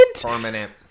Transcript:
permanent